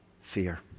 fear